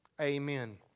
Amen